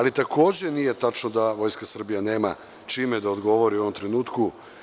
Takođe, nije tačno da Vojska Srbije nema čime da odgovori u ovom trenutku.